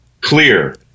Clear